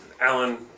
Alan